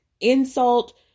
insult